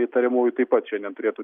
įtariamųjų taip pat šiandien turėtų